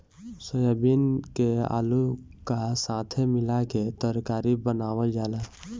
soybean के आलू का साथे मिला के तरकारी बनावल जाला